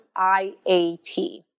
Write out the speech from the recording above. IAT